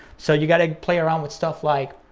so you gotta play around with stuff like,